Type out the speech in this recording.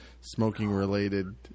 Smoking-related